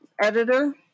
editor